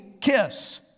kiss